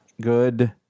good